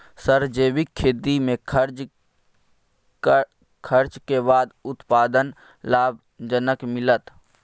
Sir जैविक खेती में खर्च के बाद उत्पादन लाभ जनक मिलत?